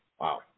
Wow